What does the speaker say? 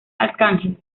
arcángel